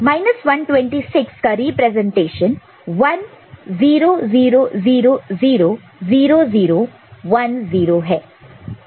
126 का रिप्रेजेंटेशन 1 0 0 0 0 0 0 1 0 है